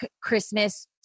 Christmas